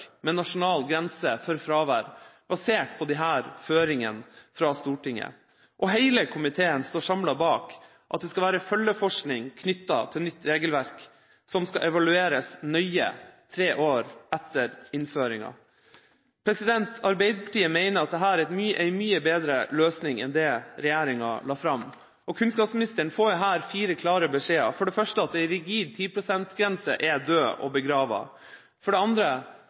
med nasjonal grense for fravær basert på disse føringene fra Stortinget. Hele komiteen står samlet bak at det skal være følgeforskning knyttet til nytt regelverk som skal evalueres nøye tre år etter innføringen. Arbeiderpartiet mener at dette er en mye bedre løsning enn det regjeringa la fram. Kunnskapsministeren får her fire klare beskjeder: for det første at en rigid 10 pst.-grense er død og begravet, for det andre